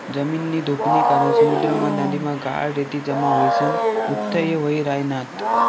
जमीननी धुपनी कारण समुद्रमा, नदीमा गाळ, रेती जमा व्हयीसन उथ्थय व्हयी रायन्यात